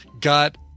got